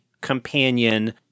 companion